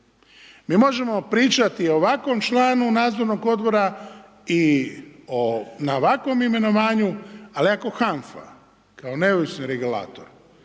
Mi možemo pričati o ovakvom članu nadzornog odbora i na ovakvom imenovanju, ali ako HANFA kao neovisni regulator